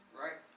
right